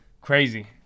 Crazy